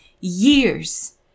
years